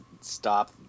stop